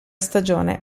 stagione